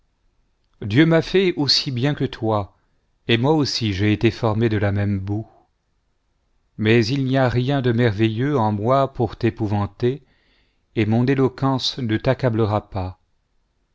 dieu m'a fait aussi bien que toi et moi aussi j'ai été formé de la même boue mais il n'y a rien de merveilleux en moi pour t'épouvanter et mon éloquence ne t'accablera pas